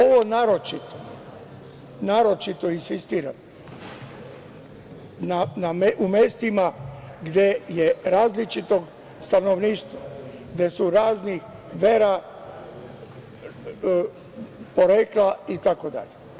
Ovo naročito insistiram u mestima gde je različito stanovništvo, gde su raznih vera, porekla itd.